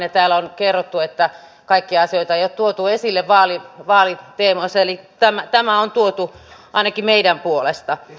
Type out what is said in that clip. täällä on kerrottu että kaikkia asioita ei ole tuotu esille vaaliteemoissa tämä on tuotu ainakin meidän puolestamme